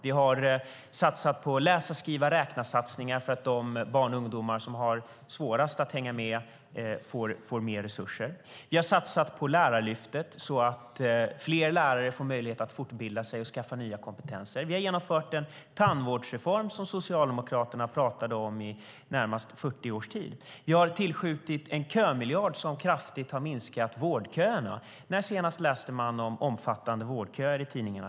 Vi har gjort läsa-skriva-räkna-satsningar för att de barn och ungdomar som har svårast att hänga med ska få mer resurser. Vi har satsat på Lärarlyftet, så att fler lärare får möjlighet att fortbilda sig och skaffa nya kompetenser. Vi har genomfört en tandvårdsreform som Socialdemokraterna pratade om i nära 40 års tid. Vi har tillskjutit en kömiljard som kraftigt har minskat vårdköerna. När läste man senast i tidningarna om omfattande vårdköer?